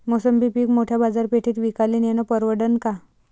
मोसंबी पीक मोठ्या बाजारपेठेत विकाले नेनं परवडन का?